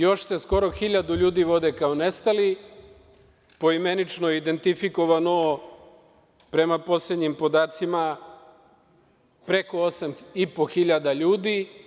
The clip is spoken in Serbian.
Još se skoro 1.000 ljudi vode kao nestali, poimenično identifikovano prema poslednjim podacima preko 8.500 ljudi.